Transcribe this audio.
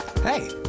Hey